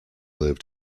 lived